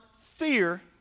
fear